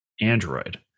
Android